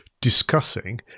discussing